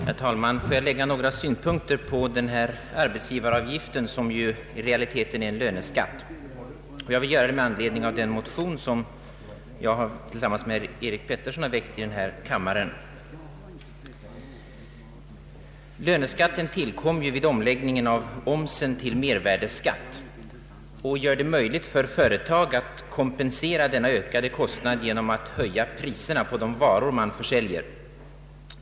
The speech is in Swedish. Herr talman! Jag skall be att få ge några synpunkter på den allmänna arbetsgivaravgiften, som i realiteten är en löneskatt. Jag vill göra det med anledning av den motion som jag tillsammans med herr Eric Peterson har väckt i denna kammare. en av omsättningsskatten till mervärdeskatt. Det är möjligt för företag att kompensera denna ökade kostnad genom att höja priserna på de varor de säljer.